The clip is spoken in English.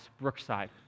Brookside